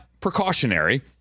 precautionary